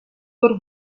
della